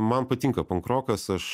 man patinka pankrokas aš